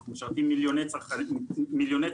אנחנו משרתים מליוני צרכנים בחודש.